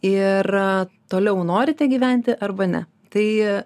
ir toliau norite gyventi arba ne tai